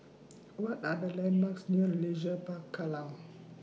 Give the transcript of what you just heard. What Are The landmarks near Leisure Park Kallang